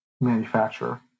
manufacturer